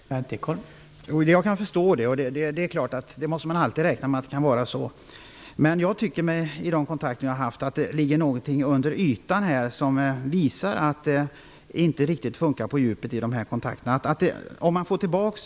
Herr talman! Jag kan förstå det. Man måste alltid räkna med att det kan vara så. Men jag tycker att det ligger någonting under ytan som visar att det inte riktigt fungerar på djupet i dessa kontakter, efter vad jag har hört.